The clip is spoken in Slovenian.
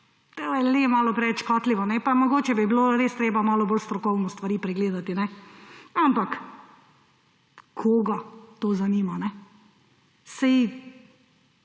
to je le malo preveč škakljivo pa mogoče bi bilo res treba malo bolj strokovno stvari pregledati. Ampak koga to zanima?! Saj